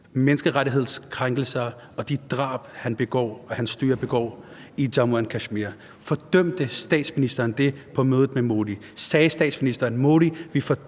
menneskerettighedskrænkelser og de drab, som han og hans styre begår i Jammu og Kashmir? Fordømte statsministeren det på mødet med Modi? Sagde statsministeren: Modi, vi fordømmer